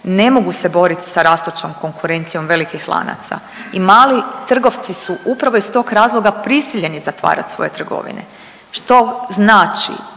ne mogu se boriti sa rastućom konkurencijom velikih lanaca. I mali trgovci su upravo iz tog razloga prisiljeni zatvarati svoje trgovine što znači